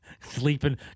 Sleeping